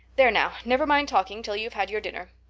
there now, never mind talking till you've had your dinner.